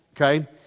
okay